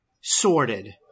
sorted